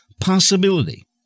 possibility